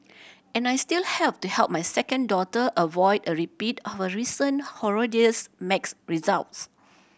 and I still have to help my second daughter avoid a repeat of her recent horrendous maths results